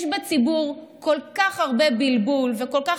יש בציבור כל כך הרבה בלבול וכל כך